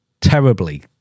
terribly